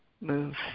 move